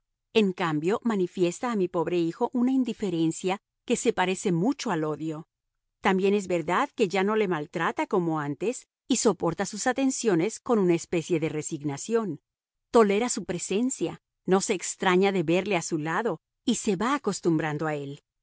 en cambio manifiesta a mi pobre hijo una indiferencia que se parece mucho al odio también es verdad que ya no le maltrata como antes y soporta sus atenciones con una especie de resignación tolera su presencia no se extraña de verle a su lado y se va acostumbrando a él